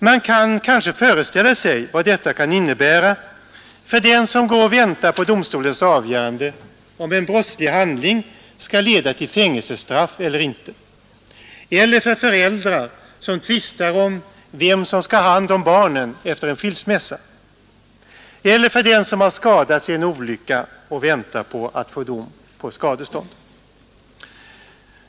Man kan kanske föreställa sig vad detta innebär för den som går och väntar på domstolens avgörande om en brottslig handling skall leda till fängelsestraff eller inte eller för föräldrar, som tvistar om vem som skall ta hand om barnen efter en skilsmässa, eller för den som skadats i en olycka och väntar dom på skadestånd.